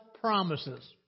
promises